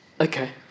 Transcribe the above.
Okay